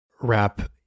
wrap